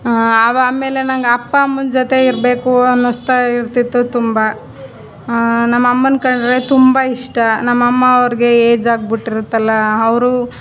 ಅವ ಆಮೇಲೆ ನಂಗೆ ಅಪ್ಪ ಅಮ್ಮನ ಜೊತೆ ಇರಬೇಕು ಅನ್ನಿಸ್ತಾ ಇರ್ತಿತ್ತು ತುಂಬ ನಮ್ಮ ಅಮ್ಮನ ಕಂಡರೆ ತುಂಬ ಇಷ್ಟ ನಮ್ಮ ಅಮ್ಮ ಅವರಿಗೆ ಏಜ್ ಆಗಿ ಬಿಟ್ಟಿರ್ತಲ್ಲ ಅವರು